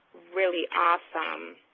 really awesome